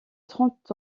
trente